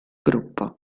gruppo